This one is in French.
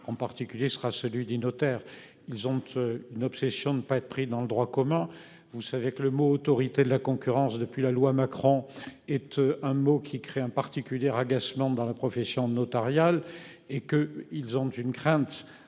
en particulier sera celui des notaires, ils ont une obsession, ne pas être pris dans le droit commun. Vous savez que le mot autorité de la concurrence, depuis la loi Macron et tu. Un mot qui crée un particulière agacement dans la profession notariale et que ils ont une crainte